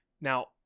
Now